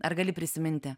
ar gali prisiminti